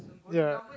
ya